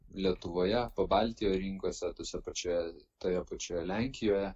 lietuvoje pabaltijo rinkose tose pačioje toje pačioje lenkijoje